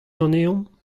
ganeomp